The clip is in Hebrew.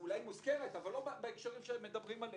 אולי מוזכרת אבל לא בהקשרים שמדברים עליהם.